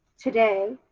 today,